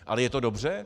Ale je to dobře?